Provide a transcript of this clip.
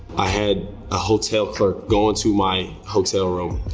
i had a hotel clerk go into my hotel room,